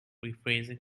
rephrasing